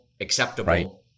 acceptable